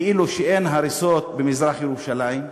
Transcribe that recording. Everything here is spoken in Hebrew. כאילו שאין הריסות במזרח-ירושלים,